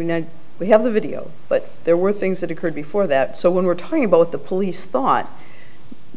know we have a video but there were things that occurred before that so when we're talking about the police thought